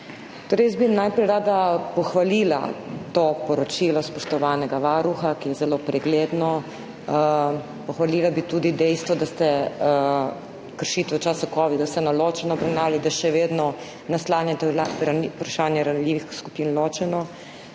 pozdravljeni! Najprej bi rada pohvalila to poročilo spoštovanega Varuha, ki je zelo pregledno. Pohvalila bi tudi dejstvo, da ste kršitve v času covida vseeno ločeno obravnavali, da še vedno naslanjate vprašanje ranljivih skupin ločeno,